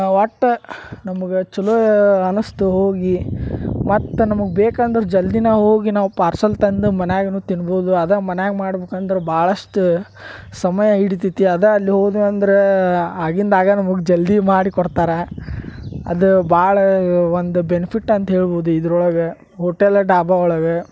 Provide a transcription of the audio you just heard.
ಒಟ್ಟು ನಮಗೆ ಛಲೋ ಅನಸ್ತು ಹೋಗಿ ಮತ್ತೆ ನಮಗ ಬೇಕಂದ್ರ ಜಲ್ದೀನ ಹೋಗಿ ನಾವು ಪಾರ್ಸೆಲ್ ತಂದು ಮನ್ಯಾಗುನು ತಿನ್ಬೋದು ಅದ ಮನ್ಯಾಗ ಮಾಡ್ಬೇಕಂದ್ರ ಭಾಳಷ್ಟ ಸಮಯ ಇಡಿತೈತಿ ಅದ ಅಲ್ಲಿ ಹೋದ್ವಿ ಅಂದ್ರ ಆಗಿಂದ ಆಗಾ ನಮಗ ಜಲ್ದೀ ಮಾಡಿ ಕೊಡ್ತಾರೆ ಅದ ಭಾಳ ಒಂದು ಬೆನಿಫಿಟ್ ಅಂತ ಹೇಳ್ಬೋದು ಇದ್ರೊಳಗೆ ಹೋಟೆಲ ಡಾಬಾ ಒಳಗೆ